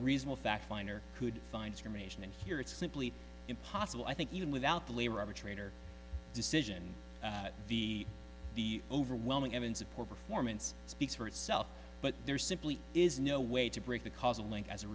reasonable fact finder could finds commission and here it's simply impossible i think even without the labor arbitrator decision the the overwhelming evidence of poor performance speaks for itself but there simply is no way to break the causal link as a